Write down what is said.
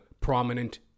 prominent